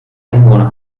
einwohner